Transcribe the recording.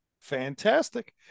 fantastic